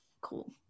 cool